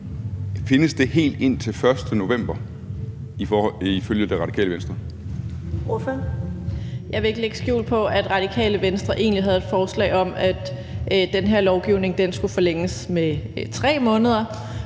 Ordføreren. Kl. 14:00 Samira Nawa (RV): Jeg vil ikke lægge skjul på, at Radikale Venstre egentlig havde et forslag om, at den her lovgivning skulle forlænges med 3 måneder;